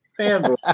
fanboy